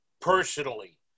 personally